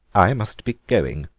i must be going,